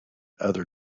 other